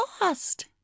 lost